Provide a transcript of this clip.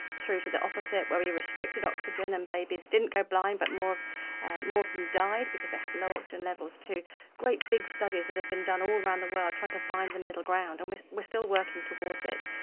through to the opposite where we restricted oxygen and babies didn't go blind but more of and them died because they had low oxygen levels, to great big studies that have been done all around the world trying to find the middle ground. and we are still working towards it.